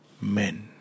men